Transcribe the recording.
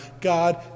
God